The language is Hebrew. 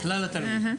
כלל התלמידים,